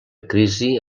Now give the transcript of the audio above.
crisi